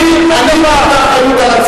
לא מתחרה בשום דבר.